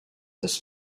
this